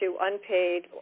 unpaid